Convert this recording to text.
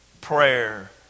prayer